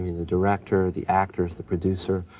the director, the actors, the producer,